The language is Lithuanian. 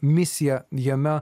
misiją jame